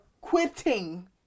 quitting